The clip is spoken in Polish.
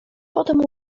potem